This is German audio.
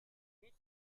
nicht